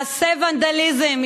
מעשי ונדליזם,